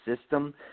system